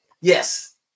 Yes